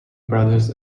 brothers